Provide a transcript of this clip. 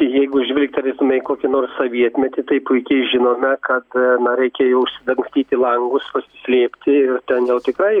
jeigu žvilgterėtume į kokį nors sovietmetį tai puikiai žinome kad na reikia jau užsidangstyti langus pasislėpti ir ten jau tikrai